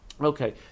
Okay